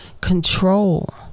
control